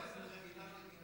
אז אתם בוחרים בדרך המלחמה.